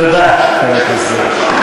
תודה, חבר הכנסת דרעי.